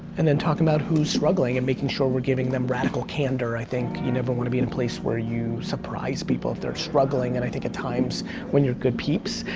and then talking about who is struggling and making sure we're giving them radical candor, i think you never want to be in a place where you surprise people if they're struggling, and i think at times when you're good peeps,